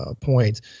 point